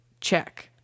check